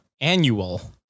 Annual